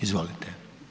Izvolite.